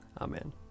Amen